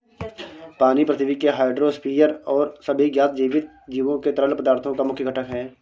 पानी पृथ्वी के हाइड्रोस्फीयर और सभी ज्ञात जीवित जीवों के तरल पदार्थों का मुख्य घटक है